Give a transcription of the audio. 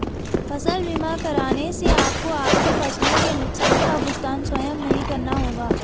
फसल बीमा कराने से आपको आपकी फसलों के नुकसान का भुगतान स्वयं नहीं करना होगा